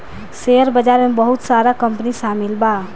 share बाजार में बहुत सारा कंपनी शामिल बा